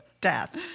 death